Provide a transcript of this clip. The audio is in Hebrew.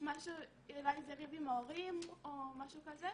שאירע איזה ריב עם ההורים או משהו כזה,